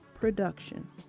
production